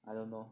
I don't know